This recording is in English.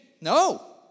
No